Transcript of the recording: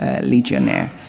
legionnaire